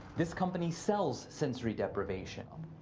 this company sells sensory deprivation.